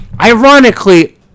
Ironically